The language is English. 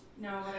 No